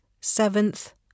seventh